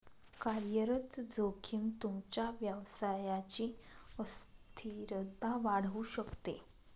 कार्यरत जोखीम तुमच्या व्यवसायची अस्थिरता वाढवू शकते